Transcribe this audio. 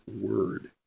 word